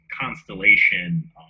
constellation